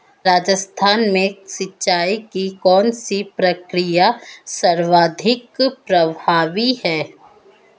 राजस्थान में सिंचाई की कौनसी प्रक्रिया सर्वाधिक प्रभावी है?